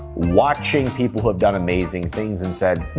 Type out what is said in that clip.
watching people who've done amazing things and said,